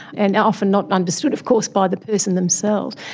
and often not understood of course by the person themselves,